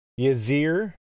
Yazir